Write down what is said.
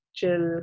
chill